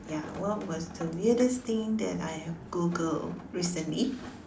ya what was the weirdest thing that I have Googled recently